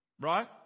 Right